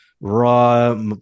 raw